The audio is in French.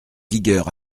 vigueur